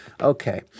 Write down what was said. Okay